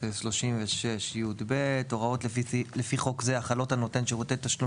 סעיף 36י'(ב): "הוראות לפי חוק זה החלות על נותן שירותי תשלום